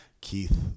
Keith